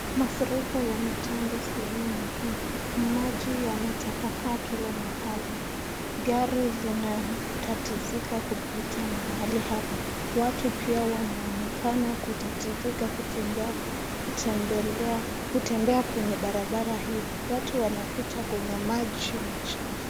Mafuriko yametanda sehemu hii. Maji yametapakaa kila mahali. Gari zinatatizika kupita mahali hapa. Watu pia wanaonekana kutatizika kutembea kwenye barabara hii watu wanapita kwenye maji machafu.